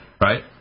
right